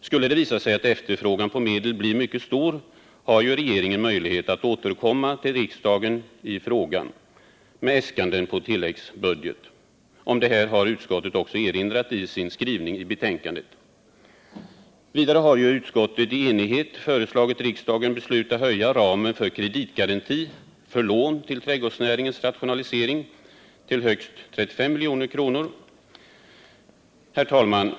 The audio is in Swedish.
Skulle det visa sig att efterfrågan på medel blir mycket stor har regeringen möjlighet att återkomma till riksdagen i frågan med äskanden på tilläggsbudget. Om detta har utskottet erinrat i sin skrivning i betänkandet. Vidare har ju utskottet i enighet föreslagit riksdagen besluta höja ramen för kreditgaranti för lån till trädgårdsnäringens rationalisering till högst 35 milj.kr. Herr talman!